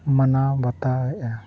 ᱢᱟᱱᱟᱣ ᱵᱟᱛᱟᱣ ᱮᱫᱟ